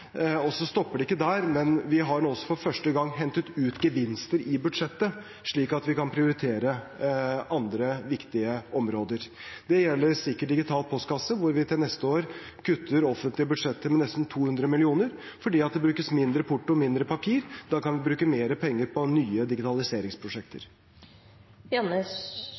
Brønnøysundregistrene. Så er det alltid et spørsmål om man får gjort nok raskt nok. Det er alltid et prioriteringsspørsmål. Men det vi har gjort, er i hvert fall å opprioritere arbeidet. Og det stopper ikke der, vi har nå for første gang hentet ut gevinster i budsjettet, slik at vi kan prioritere andre viktige områder. Det gjelder sikker digital postkasse, hvor vi til neste år kutter offentlige budsjetter med nesten 200